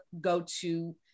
go-to